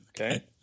okay